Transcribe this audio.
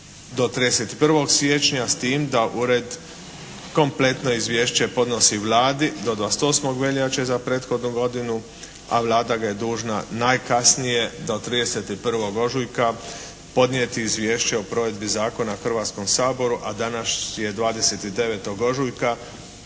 do 31. siječnja s tim da ured kompletno izvješće podnosi Vladi do 28. veljače za prethodnu godinu, a Vlada ga je dužna najkasnije do 31. ožujka podnijeti izvješće o provedbi zakona Hrvatskom saboru, a danas je 29. ožujka